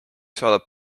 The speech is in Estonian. saadab